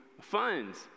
funds